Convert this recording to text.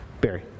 Barry